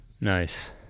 nice